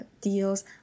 Deals